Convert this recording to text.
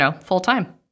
full-time